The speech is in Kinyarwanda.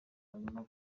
harimo